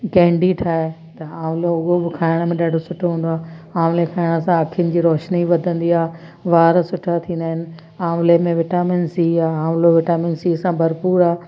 candy ठाहे त आवलो उहो बि खाइण में ॾाढो सुठो हूंदो आहे आवले खाइण सां अख़ियुनि जी रोशनी वधंदी आह वार सुठा थींदा आहिनि आवले में विटामिन सी आहे आवलो विटामिन सी सां भरपूरु आहे